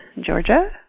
Georgia